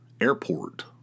Airport